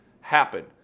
happen